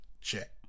check